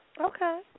Okay